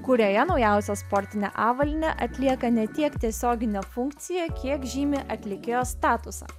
kurioje naujausia sportinė avalynė atlieka ne tiek tiesioginę funkciją kiek žymi atlikėjo statusą